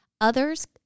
Others